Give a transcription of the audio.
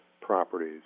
properties